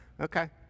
okay